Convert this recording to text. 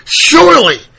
surely